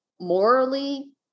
morally